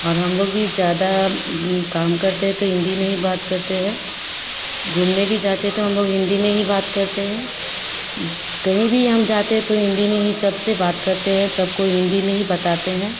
और हम लोग भी ज़्यादा काम करते हैं तो हिन्दी में ही बात करते हैं घूमने भी जाते हैं तो हम लोग हिन्दी में ही बात करते हैं कहीं भी हम जाते हैं तो हिन्दी में ही सबसे बात करते हैं सबको हिन्दी में ही बताते हैं